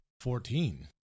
Fourteen